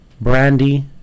Brandy